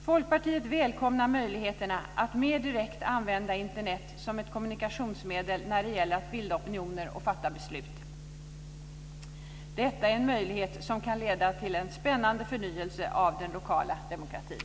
Folkpartiet välkomnar möjligheterna att mer direkt använda Internet som ett kommunikationsmedel när det gäller att bilda opinion och fatta beslut. Detta är en möjlighet som kan leda till en spännande förnyelse av den lokala demokratin.